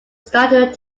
started